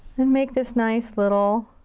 and make this nice little